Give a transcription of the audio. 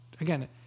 again